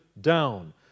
down